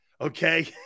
okay